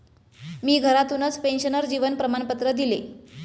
मी घरातूनच पेन्शनर जीवन प्रमाणपत्र दिले